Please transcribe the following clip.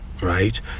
right